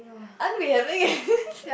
aren't we having a